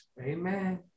Amen